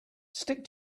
stick